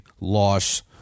loss